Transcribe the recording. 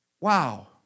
Wow